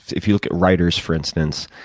if you look at writers, for instance,